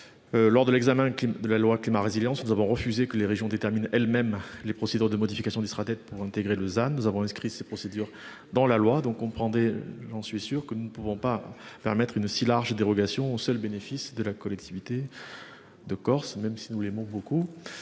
Lors de l'examen qui la loi climat résilience nous avons refusé que les régions déterminent elles-mêmes les procédures de modification du sera tête pour intégrer Lausanne nous avons inscrit ces procédures dans la loi, donc on prend des, j'en suis sûr que nous ne pouvons pas faire mettre une aussi large dérogations au seul bénéfice de la collectivité. De Corse même si nous l'aimons beaucoup.